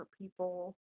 people